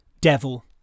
devil